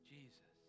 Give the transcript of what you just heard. Jesus